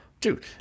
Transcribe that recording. Dude